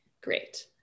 great